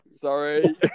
Sorry